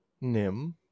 Nim